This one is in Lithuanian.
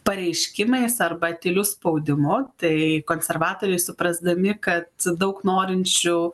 pareiškimais arba tyliu spaudimu tai konservatoriai suprasdami kad daug norinčių